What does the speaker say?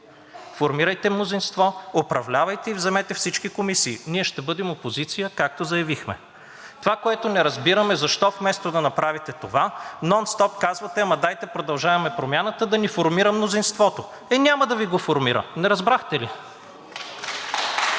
Формирайте мнозинство, управлявайте и вземете всички комисии, ние ще бъдем опозиция, както заявихме. Това, което не разбираме, е защо вместо да направите това, нонстоп казвате: „Ама дайте „Продължаваме Промяната“ да ни формира мнозинството.“ Е, няма да Ви го формира, не разбрахте ли?